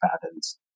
patterns